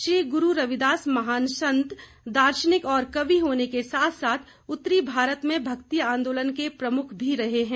श्री गुरू रविदास महान संत दार्शनिक और कवि होने के साथ साथ उत्तरी भारत में भक्ति आंदोलन के प्रमुख भी रहे हैं